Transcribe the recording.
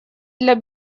для